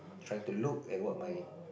trying to look at what my